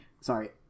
sorry